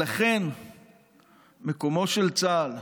ולכן מקומו של צה"ל,